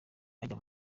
ajya